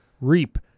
Reap